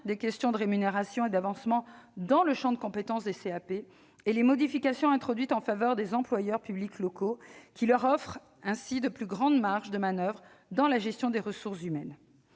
des questions de rémunération et d'avancement dans le champ de compétence des CAP, et les modifications introduites en faveur des employeurs publics locaux qui leur offrent ainsi de plus grandes marges de manoeuvre dans la gestion des ressources humaines.